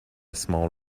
small